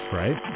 right